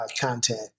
content